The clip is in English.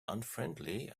unfriendly